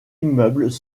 immeubles